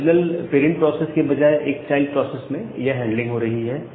original parent process के बजाय एक चाइल्ड प्रोसेस में यह हैंडलिंग हो रही है